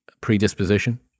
predisposition